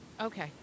Okay